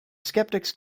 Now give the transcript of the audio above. skeptics